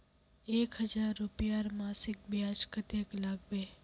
एक हजार रूपयार मासिक ब्याज कतेक लागबे?